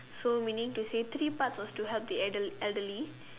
so meaning to say three parts were to help the elderly